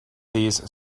these